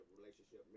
relationship